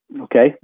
Okay